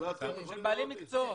בעלי המקצועות?